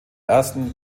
ersten